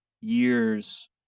years